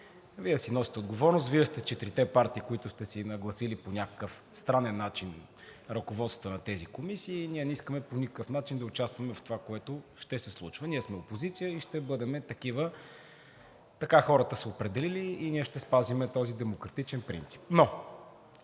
Вие си носите отговорност. Вие сте четирите партии, които сте си нагласили по някакъв странен начин ръководствата на тези комисии и ние не искаме по никакъв начин да участваме в това, което ще се случва. Ние сме опозиция и ще бъдем такива. Така хората са определили и ние ще спазим този демократичен принцип.